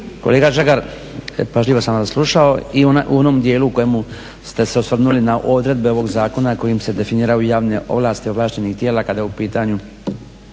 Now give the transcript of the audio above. Kolega Žagar, pažljivo sam vas slušao i u onom dijelu u kojemu ste se osvrnuli na odredbe ovog zakona kojim se definiraju javne ovlasti ovlaštenih tijela kada je u pitanju